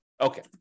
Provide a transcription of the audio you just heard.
Okay